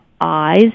eyes